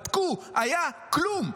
בדקו, היה כלום,